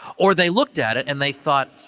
or, they looked at it and they thought,